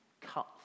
cut